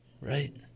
right